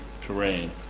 terrain